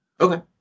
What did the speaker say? Okay